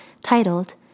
titled